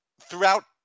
throughout